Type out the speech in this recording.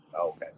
Okay